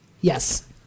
yes